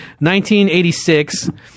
1986